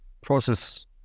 process